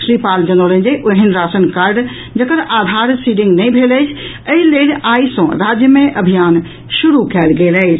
श्री पाल जनौलनि जे ओहेन राशन कार्ड जकर आधार सीडिंग नहि भेल अछि ओ एहि लेल आइ सँ राज्य मे अभियान शुरू कयल गेल अछि